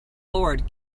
lord